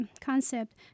concept